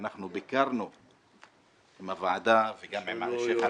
ואנחנו ביקרנו עם הוועדה וגם עם השייח'